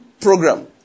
program